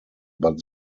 but